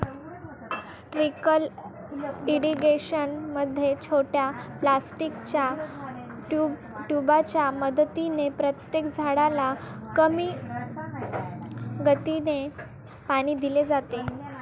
trickle irrigation मध्ये छोट्या प्लास्टिकच्या ट्यूबांच्या मदतीने प्रत्येक झाडाला कमी गतीने पाणी दिले जाते